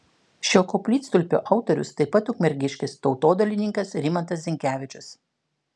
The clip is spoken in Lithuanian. šio koplytstulpio autorius taip pat ukmergiškis tautodailininkas rimantas zinkevičius